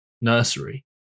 nursery